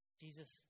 Jesus